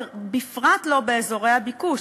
בפרט לא באזורי הביקוש.